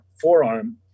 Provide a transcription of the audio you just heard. forearm